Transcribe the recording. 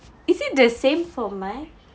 is it the same for mine